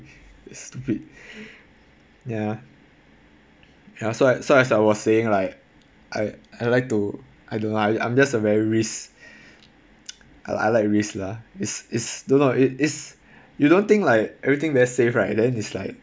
stupid ya ya so I so like I was saying like I I like to I don't know I I'm just a very risk I like risk lah is is don't know it is you don't think like everything very safe right then is like